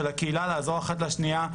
של הקהילה לעזור אחת לשנייה,